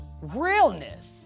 realness